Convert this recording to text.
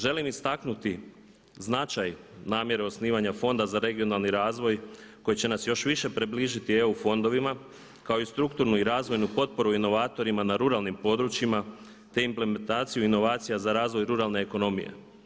Želim istaknuti značaj namjere osnivanja Fonda za regionalni razvoj koji će nas još više približiti EU fondovima kao i strukturnu i razvojnu potporu inovatorima na ruralnim područjima te implementaciju inovacija za razvoj ruralne ekonomije.